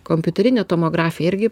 kompiuterinė tomografija irgi